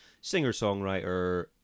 singer-songwriter